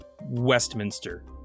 Westminster